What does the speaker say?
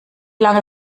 lange